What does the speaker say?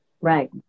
Right